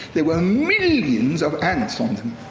there were millions of ants on them.